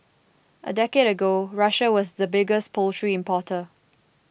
a decade ago Russia was the biggest poultry importer